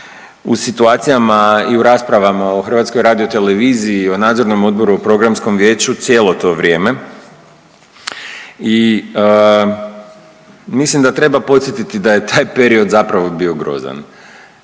u situacijama i u raspravama o HRT-u i u Nadzornom odboru i u Programskom vijeću cijelo to vrijeme i mislim da treba podsjetiti da je taj period zapravo bio grozan,